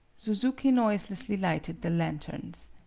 suzuki noiselessly lighted the lanterns.